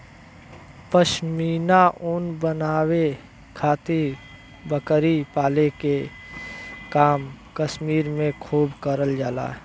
पश्मीना ऊन बनावे खातिर बकरी पाले के काम कश्मीर में खूब करल जाला